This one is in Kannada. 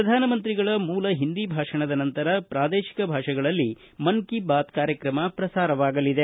ಪ್ರಧಾನಮಂತ್ರಿಗಳ ಮೂಲ ಹಿಂದಿ ಭಾಷಣದ ನಂತರ ಪೂದೇಶಿಕ ಭಾಷೆಗಳಲ್ಲಿ ಮನ್ ಕಿ ಬಾತ್ ಕಾರ್ಯಕ್ರಮ ಪ್ರಸಾರವಾಗಲಿದೆ